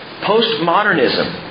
Postmodernism